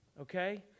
Okay